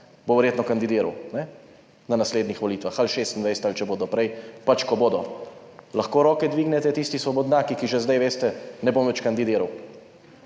bo verjetno kandidiral na naslednjih volitvah ali 26 ali če bodo prej, pač, ko bodo. Lahko roke dvignete tisti svobodnjaki, ki že zdaj veste, ne bom več kandidiral.